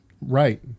right